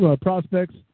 prospects